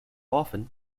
often